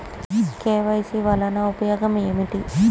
KYC వలన ఉపయోగం ఏమిటీ?